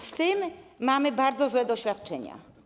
Z tym mamy bardzo złe doświadczenia.